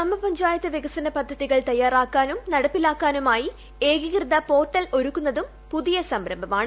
ഗ്രാമപഞ്ചായത്ത് വികസന പദ്ധതികൾ തയാറാക്കാനും നടപ്പിലാക്കാനുമായി ഏകീകൃത പോർട്ടൽ നടപ്പിലാക്കുന്നതും പുതിയ സംരംഭമാണ്